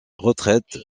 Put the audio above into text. retraites